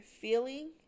feeling